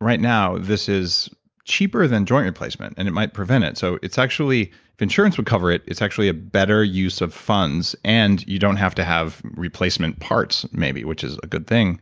right now this is cheaper than joint replacement and it might prevent it. so, it's actually if insurance would cover it, it's actually a better use of funds and you don't have to have replacement parts maybe which is a good thing,